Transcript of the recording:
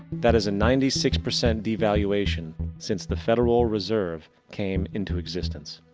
that is a ninety six percent devaluation since the federal reserve came into existence.